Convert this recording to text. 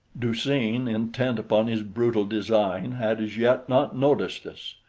du-seen, intent upon his brutal design, had as yet not noticed us.